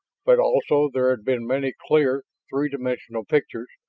but also there had been many clear, three-dimensional pictures,